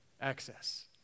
access